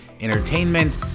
entertainment